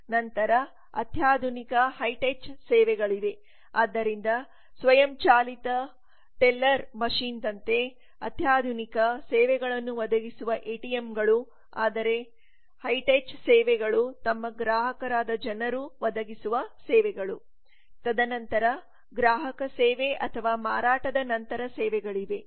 ನಂತರ ಅತ್ಯಾಧುನಿಕ ಮತ್ತು ಹೈ ಟಚ್ ಸೇವೆಗಳಿವೆ ಆದ್ದರಿಂದ ಸ್ವಯಂಚಾಲಿತ ಟೆಲ್ಲರ್ ಯಂತ್ರದಂತೆ ಅವರು ಅತ್ಯಾಧುನಿಕ ಸೇವೆಗಳನ್ನು ಒದಗಿಸಿದ ಎಟಿಎಂಗಳು ಆದರೆ ಹೈ ಟಚ್ ಸೇವೆಗಳುತಮ್ಮ ಗ್ರಾಹಕರಾದ ಜನರು ಒದಗಿಸುವ ಸೇವೆಗಳು ತದನಂತರ ಗ್ರಾಹಕ ಸೇವೆ ಅಥವಾ ಮಾರಾಟದ ನಂತರದ ಸೇವೆಗಳಿವೆ